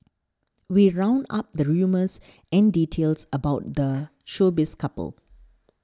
we round up the rumours and details about the showbiz couple